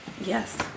Yes